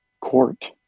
court